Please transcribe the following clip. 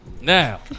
Now